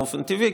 באופן טבעי,